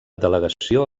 delegació